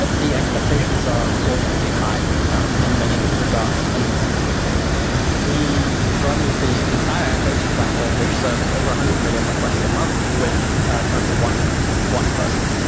ah the expectations are exorbitantly high um in many regards, and we run the entire hosting platform which serves over one hundred million requests a month with currently one one person,